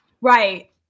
right